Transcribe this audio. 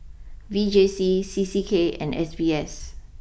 V J C C C K and S B S